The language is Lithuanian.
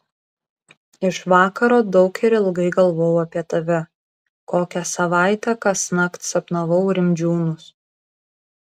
iš vakaro daug ir ilgai galvojau apie tave kokią savaitę kasnakt sapnavau rimdžiūnus